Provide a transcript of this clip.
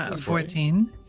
Fourteen